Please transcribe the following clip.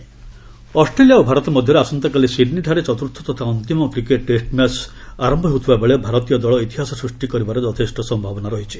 final test preview Australia ଓ ଭାରତ ମଧ୍ୟରେ ଆସନ୍ତାକାଲି ସିଡ୍ନୀଠାରେ ଚତ୍ରର୍ଥ ତଥା ଅନ୍ତିମ କ୍ରିକେଟ ଟେଷ୍ଟ ମ୍ୟାଚ ଆରମ୍ଭ ହେଉଥିବାବେଳେ ଭାରତରୀୟ ଦଳ ଇତିହାସ ସୃଷ୍ଟି କରିବାର ଯଥେଷ୍ଟ ସମ୍ଭାବନା ରହିଛି